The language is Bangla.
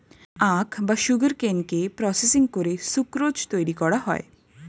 আখ বা সুগারকেনকে প্রসেসিং করে সুক্রোজ তৈরি করা হয়